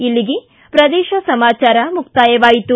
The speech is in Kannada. ಇಲ್ಲಿಗೆ ಪ್ರದೇಶ ಸಮಾಚಾರ ಮುಕ್ತಾಯವಾಯಿತು